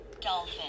Dolphin